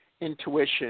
intuition